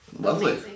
Lovely